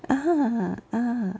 ah ah